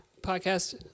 podcast